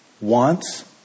wants